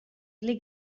only